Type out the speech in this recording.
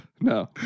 No